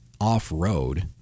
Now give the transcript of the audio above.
off-road